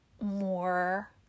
more